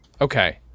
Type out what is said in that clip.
Okay